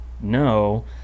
no